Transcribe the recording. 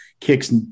kicks